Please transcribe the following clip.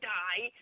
die